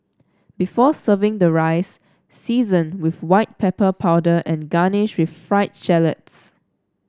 before serving the rice season with white pepper powder and garnish with fried shallots